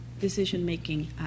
decision-making